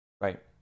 right